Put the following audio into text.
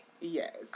Yes